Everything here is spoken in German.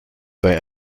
bei